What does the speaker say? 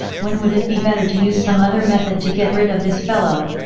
when would it be better to use some other method to get rid of this fellow?